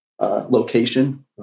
location